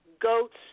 goats